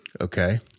okay